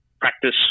practice